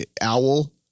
owl